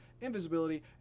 invisibility